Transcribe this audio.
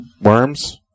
Worms